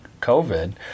COVID